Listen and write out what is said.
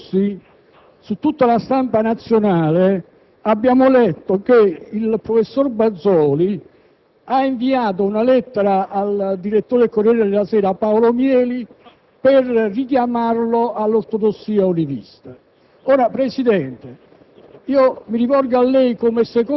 Sempre nei giorni scorsi, su tutta la stampa nazionale, abbiamo letto che il professor Bazoli ha inviato una lettera al direttore del «Corriere della Sera» Paolo Mieli per richiamarlo alla ortodossia ulivista. Presidente,